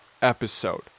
episode